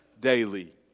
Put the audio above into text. daily